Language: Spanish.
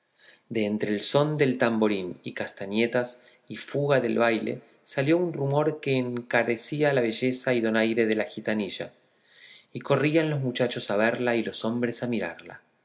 de entre el son del tamborín y castañetas y fuga del baile salió un rumor que encarecía la belleza y donaire de la gitanilla y corrían los muchachos a verla y los hombres a mirarla